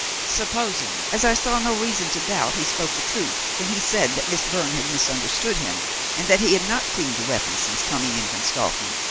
supposing, as i saw no reason to doubt, he spoke the truth when he said that miss byrne had misunderstood him and that he had not cleaned the weapon since coming in from stalking,